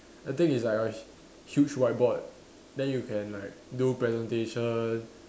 I think it's like a h~ huge whiteboard then you can like do presentation